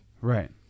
Right